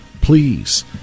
Please